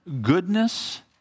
goodness